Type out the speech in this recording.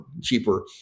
cheaper